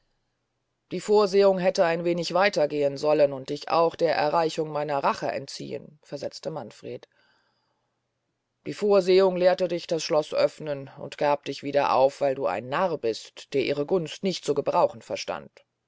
die vorsehung hätte ein wenig weiter gehen sollen und dich auch der erreichung meiner rache entziehn versetzte manfred die vorsehung lehrte dich das schloß öfnen und gab dich wieder auf weil du ein narr warst der ihre gunst nicht zu gebrauchen verstand